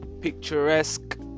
picturesque